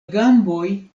gamboj